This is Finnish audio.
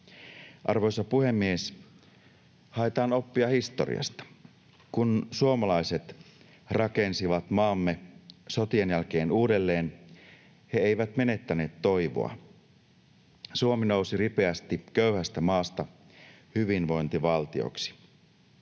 Arvoisa puhemies! Haetaan oppia historiasta. Kun suomalaiset rakensivat maamme sotien jälkeen uudelleen, he eivät menettäneet toivoa. Suomi nousi ripeästi köyhästä maasta hyvinvointivaltioksi.